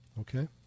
Okay